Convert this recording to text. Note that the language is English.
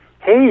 Hey